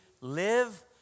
live